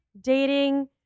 dating